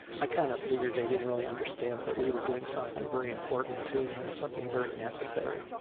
i kind of figured they didn't really understand that we were doing something very important, too, and something very necessary.